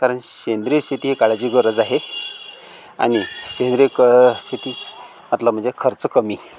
कारण सेंद्रिय शेती हे काळाची गरज आहे आणि सेंद्रीय ख शेतीच आपला म्हणजे खर्च कमी